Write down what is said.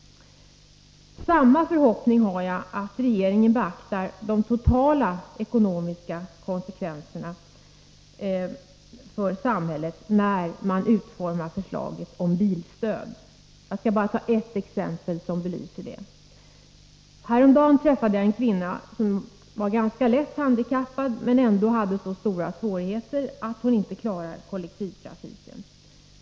Samma förhoppning har jag att regeringen beaktar de totala ekonomiska konsekvenserna för samhället när den utformar förslaget om bilstöd. Låt mig ge ett exempel på vilka konsekvenserna kan bli: Häromdagen träffade jag en kvinna som är ganska lätt handikappad, men som ändå har så stora svårigheter att hon inte kan utnyttja kollektivtrafiken.